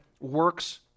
works